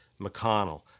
McConnell